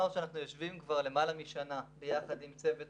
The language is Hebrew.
שאנחנו יושבים כבר למעלה משנה ביחד עם צוות